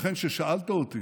לכן כששאלת אותי,